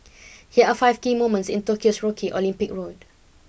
here are five key moments in Tokyo's Rocky Olympic Road